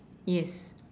yes